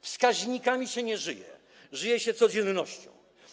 Wskaźnikami się nie żyje, żyje się codziennością.